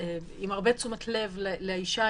עם הרבה תשומת לב לאישה,